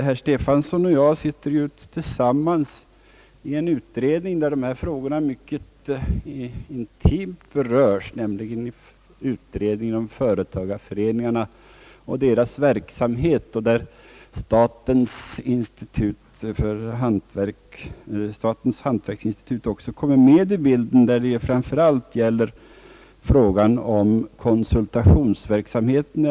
Herr Stefanson och jag sitter båda i en utredning där dessa frågor mycket intimt berörs, nämligen utredningen om företagareföreningarnas verksamhet, där också statens institut för hantverk och industri kommer in i bilden, framför allt när det gäller frågan om konsultationsverksamheten.